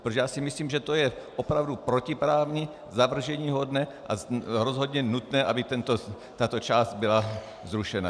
Protože si myslím, že to je opravdu protiprávní, zavrženíhodné a je rozhodně nutné, aby tato část byla zrušena.